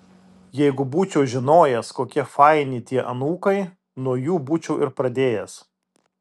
jeigu būčiau žinojęs kokie faini tie anūkai nuo jų būčiau ir pradėjęs